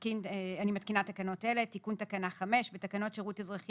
אני מתקינה תקנות אלה: תיקון תקנה 5 1. בתקנות שירות אזרחי